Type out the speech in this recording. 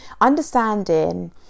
understanding